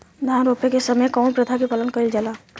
धान रोपे के समय कउन प्रथा की पालन कइल जाला?